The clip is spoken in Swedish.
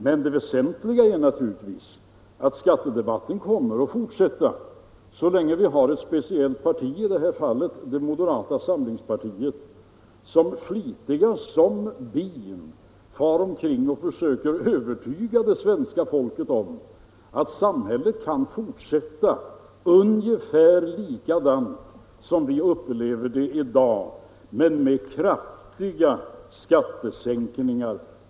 Men det väsentliga är naturligtvis att skattedebatten kommer att fortsätta så länge vi har ett speciellt parti — i det här fallet moderata samlingspartiet — vars företrädare, flitiga som bin, far omkring och försöker övertyga svenska folket om att samhället kan fortsätta ungefär likadant som vi upplever det i dag, men med kraftiga skattesänkningar.